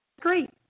great